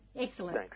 Excellent